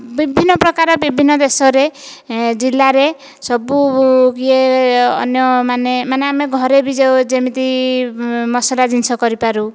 ବିଭିନ୍ନ ପ୍ରକାର ବିଭିନ୍ନ ଦେଶରେ ଏଁ ଜିଲ୍ଲାରେ ସବୁ ଇଏ ଅନ୍ୟମାନେ ମାନେ ଆମେ ଘରେ ବି ଯେଉଁ ଯେମିତି ମସଲା ଜିନିଷ କରିପାରୁ